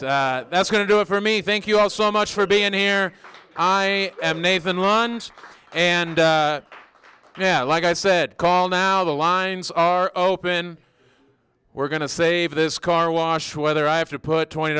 that's going to do it for me thank you all so much for being here i am nathan lunch and yeah like i said call now the lines are open we're going to save this car wash whether i have to put twenty